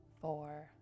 four